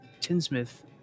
tinsmith